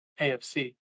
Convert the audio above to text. AFC